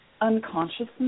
unconsciousness